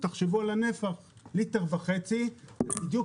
אלא גם על הנפח ליטר וחצי זה בדיוק